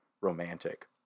romantic